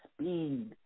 speed